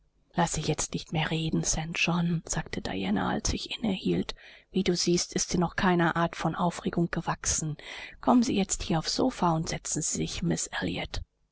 laß sie jetzt nicht mehr reden st john sagte diana als ich innehielt wie du siehst ist sie noch keiner art von aufregung gewachsen kommen sie jetzt hier aufs sofa und setzen sie sich